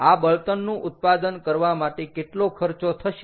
આ બળતણનું ઉત્પાદન કરવા માટે કેટલો ખર્ચો થશે